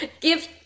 Give